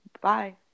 Bye